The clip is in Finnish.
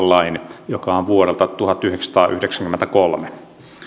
lain joka on vuodelta tuhatyhdeksänsataayhdeksänkymmentäkolme